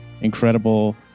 incredible